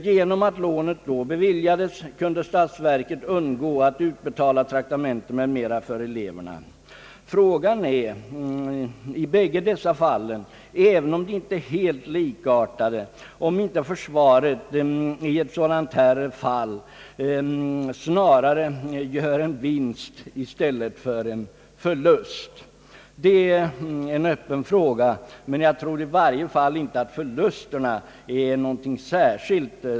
Genom att bevilja lån kunde statsverket undgå att utbetala traktamenten m.m. åt eleverna. Frå gan är om icke försvaret i realiteten snarare gör en vinst än en förlust genom denna anordning.